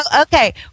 okay